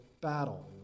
battle